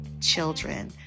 children